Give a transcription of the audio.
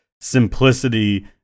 simplicity